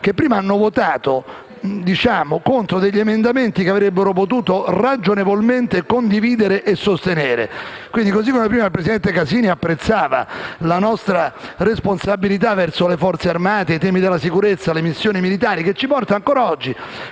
che prima hanno votato contro alcuni emendamenti che avrebbero potuto ragionevolmente condividere e sostenere. Il presidente Casini ha detto di apprezzare la nostra responsabilità verso le Forze armate e i temi della sicurezza e delle missioni militari, che ci porta ancora oggi